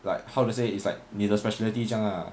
like how to say it's like 你的 speciality 这样啊